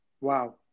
wow